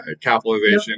capitalization